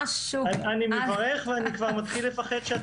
אני מברך על כך.